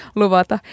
luvata